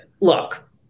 look